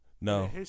No